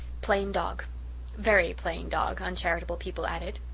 plain dog very plain dog, uncharitable people added.